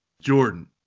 Jordan